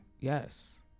Yes